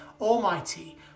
Almighty